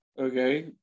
okay